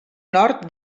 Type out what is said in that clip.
nord